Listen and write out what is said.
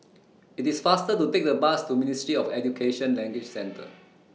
IT IS faster to Take The Bus to Ministry of Education Language Centre